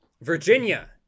Virginia